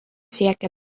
siekė